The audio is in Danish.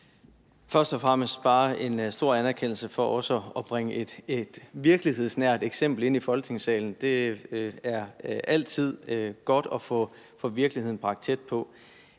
Først og fremmest bare en stor anerkendelse for også at bringe et virkelighedsnært eksempel ind i Folketingssalen; det er altid godt at få virkeligheden bragt tæt på.